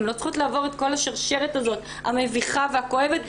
הן לא צריכות לעבור את כל השרשרת הזאת המביכה והכואבת.